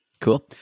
Cool